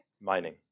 Mining